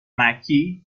مککی